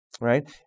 right